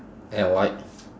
and white